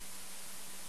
(סמכות חיפוש לשוטר לשם מניעת אלימות),